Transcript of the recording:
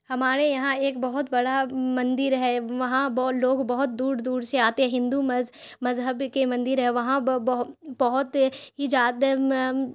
ہمارے یہاں ایک بہت بڑا مندر ہے وہاں لوگ بہت دور دور سے آتے ہندو مذہب کے مندر ہے وہاں بہت ہی زیادہ